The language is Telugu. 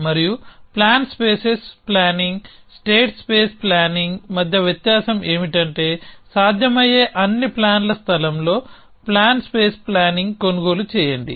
మరియు plan spaces planning state space planning మధ్య వ్యత్యాసం ఏమిటంటే సాధ్యమయ్యే అన్ని ప్లాన్ల స్థలంలో ప్లాన్ స్పేస్ ప్లానింగ్ కొనుగోలు చేయండి